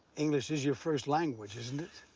english is your first language, isn't it?